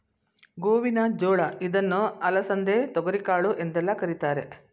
ಗೋವಿನ ಜೋಳ ಇದನ್ನು ಅಲಸಂದೆ, ತೊಗರಿಕಾಳು ಎಂದೆಲ್ಲ ಕರಿತಾರೆ